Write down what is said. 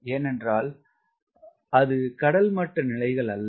ஏன் என்றால் அது கடல் மட்ட நிலைகள் அல்ல